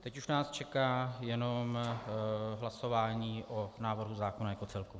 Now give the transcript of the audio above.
Teď už nás čeká jenom hlasování o návrhu zákona jako celku.